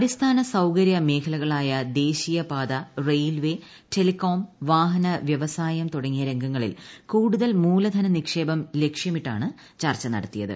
അടിസ്ഥാന സൌകര്യ മേഖലകളായ ദേശീയപാത റെയിൽവേ ടെലികോം വാഹന വ്യവസായം തുടങ്ങിയ് രംഗങ്ങളിൽ കൂടുതൽ മൂലധന നിക്ഷേപം ലക്ഷ്യമിട്ടാണ് ചർച്ച് നടത്തിയത്